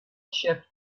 ship